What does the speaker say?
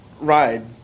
ride